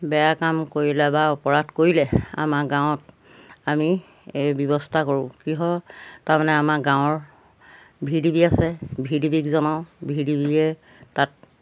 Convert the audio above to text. বেয়া কাম কৰিলে বা অপৰাধ কৰিলে আমাৰ গাঁৱত আমি এই ব্যৱস্থা কৰোঁ কি হয় তাৰমানে আমাৰ গাঁৱৰ ভি ডি বি আছে ভি ডি বিক জনাওঁ ভি ডি বিয়ে তাত